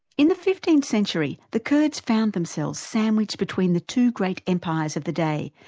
in the fifteenth century, the kurds found themselves sandwiched between the two great empires of the day,